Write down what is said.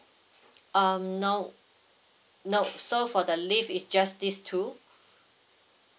um no nope so for the leave is just these two